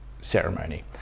ceremony